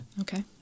Okay